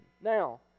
Now